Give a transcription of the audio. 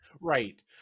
Right